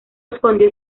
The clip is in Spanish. escondió